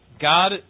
God